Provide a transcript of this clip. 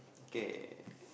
okay